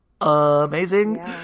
amazing